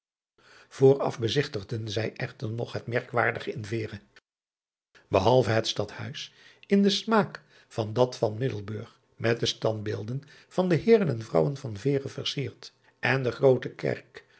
ooraf bezigtigden zij echter nog het merkwaardige in eere ehalve het tadhuis in den smaak van dat van iddelburg met de standbeelden van de eeren en rouwen van eere versierd en de roote erk